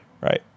right